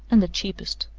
and the cheapest.